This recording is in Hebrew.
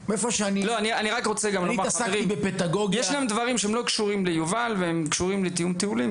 רוצה לומר שיש פה דברים שלא קשורים ליובל אלא לתיאום טיולים.